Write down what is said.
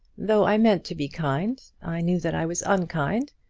though i meant to be kind, i knew that i was unkind.